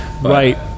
Right